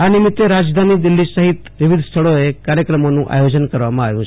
આ નિમિત્તે દિલ્હી સહિત વિવિધ સ્થળોએ કાર્યક્રમોનું આયોજન કરવામાં આવ્યું છે